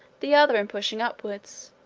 the other in pushing upwards,